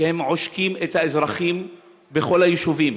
כי הם עושקים את האזרחים בכל היישובים.